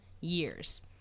years